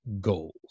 goals